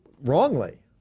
wrongly